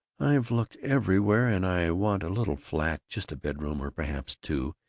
i've looked everywhere and i want a little flat, just a bedroom, or perhaps two,